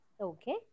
Okay